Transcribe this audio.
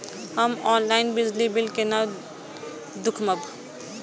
हम ऑनलाईन बिजली बील केना दूखमब?